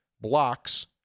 Blocks